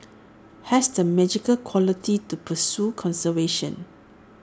has the magical quality to pursue conservation